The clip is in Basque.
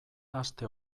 aste